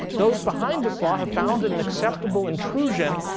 those behind this law have found it an acceptable intrusion.